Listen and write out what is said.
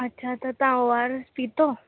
अच्छा त तव्हां ओ आर एस पीतो